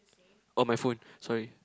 oh my phone sorry